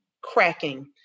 cracking